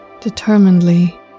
determinedly